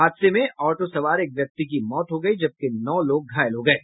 हादसे में ऑटो सवार एक व्यक्ति की मौत हो गयी जबकि नौ लोग घायल हो गये